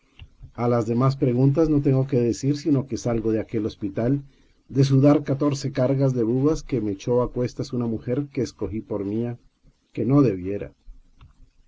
a las demás preguntas no tengo que decir sino que salgo de aquel hospital de sudar catorce cargas de bubas que me ec hó a cuestas una mujer que escogí por mía que non debiera